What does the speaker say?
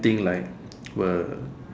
think like will